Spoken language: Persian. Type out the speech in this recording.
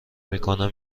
میکنم